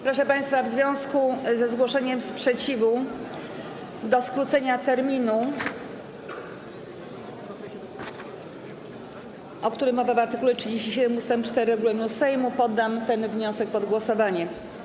Proszę państwa, w związku ze zgłoszeniem sprzeciwu wobec skrócenia terminu, o którym mowa w art. 37 ust. 4 regulaminu Sejmu, poddam ten wniosek pod głosowanie.